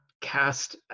cast